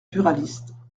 buralistes